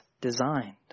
designed